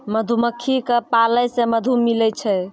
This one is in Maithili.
मधुमक्खी क पालै से मधु मिलै छै